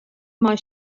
mei